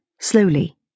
slowly